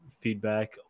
feedback